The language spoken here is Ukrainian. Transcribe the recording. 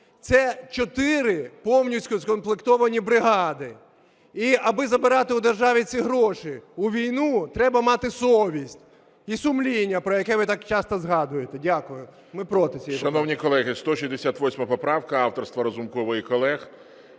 Це чотири повністю скомплектовані бригади. Аби забирати у держави ці гроші у війну, треба мати совість і сумління, про яке ви так часто згадуєте. Дякую. Ми проти цієї поправки.